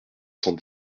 cent